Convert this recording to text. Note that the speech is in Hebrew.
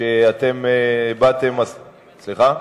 שאתם הבעתם הסכמה.